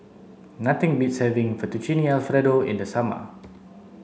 nothing beats having Fettuccine Alfredo in the summer